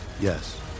Yes